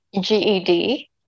GED